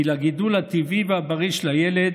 כי לגידול הטבעי והבריא של הילד